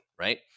Right